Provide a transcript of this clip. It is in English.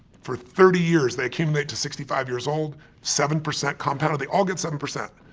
for thirty years they accumulate to sixty five years old, seven percent compounded. they all get seven percent.